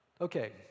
Okay